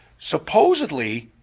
supposedly,